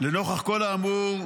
נוכח כל האמור,